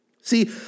See